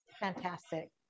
Fantastic